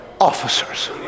officers